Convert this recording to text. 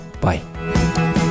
Bye